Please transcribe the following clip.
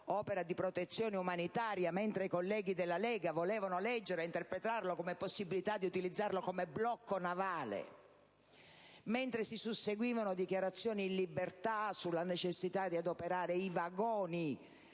opera di protezione umanitaria, e invece i colleghi della Lega volevano leggerlo e interpretarlo come possibilità di utilizzarli come blocco navale; mentre si susseguivano dichiarazioni in libertà sulla necessità di adoperare i vagoni